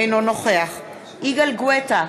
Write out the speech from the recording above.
אינו נוכח יגאל גואטה,